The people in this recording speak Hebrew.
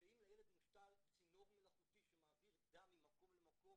שאם לילד מושתל צינור מלאכותי שמעביר דם ממקום למקום,